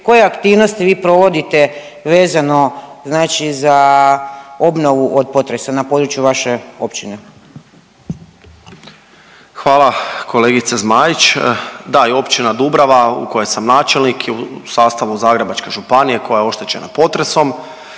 koje aktivnosti vi provodite vezano znači za obnovu od potresa na području vaše općine. **Okroša, Tomislav (HDZ)** Hvala kolegice Zmaić. Da i Općina Dubrava u kojoj sam načelnik u sastavu Zagrebačke županije koja je oštećena potresom